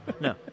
no